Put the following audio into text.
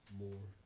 more